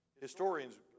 Historians